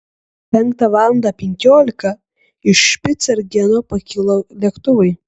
penktą valandą penkiolika iš špicbergeno pakilo lėktuvai